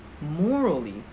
morally